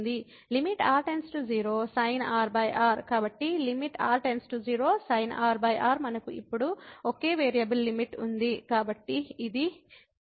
కాబట్టి r0sin rr మనకు ఇప్పుడు ఒకే వేరియబుల్ లిమిట్ ఉంది